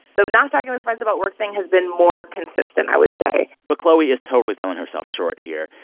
the not talking with friends about work thing has been more consistent, i would say but chloe is totally selling herself short here.